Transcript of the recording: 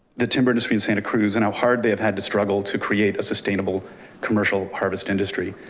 the timber industry in santa cruz and how hard they've had to struggle to create a sustainable commercial harvest industry.